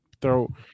throw